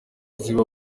ziba